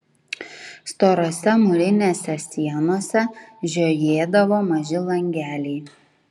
storose mūrinėse sienose žiojėdavo maži langeliai